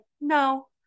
no